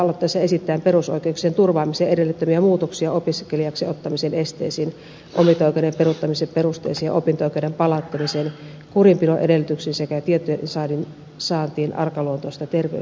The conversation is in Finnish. meidän rinnakkaislakialoitteessamme esitetään perusoikeuksien turvaamisen edellyttämiä muutoksia opiskelijaksi ottamisen esteisiin opinto oikeuden peruuttamisen perusteisiin ja opinto oikeuden palauttamiseen kurinpidon edellytyksiin sekä tietojen saantiin arkaluontoisista terveystiedoista